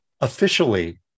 Officially